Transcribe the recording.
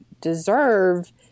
deserve